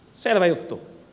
selvä juttu